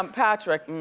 um patrick, and